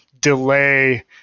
delay